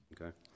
Okay